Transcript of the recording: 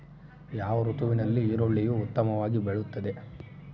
ಯಾವ ಋತುವಿನಲ್ಲಿ ಈರುಳ್ಳಿಯು ಉತ್ತಮವಾಗಿ ಬೆಳೆಯುತ್ತದೆ?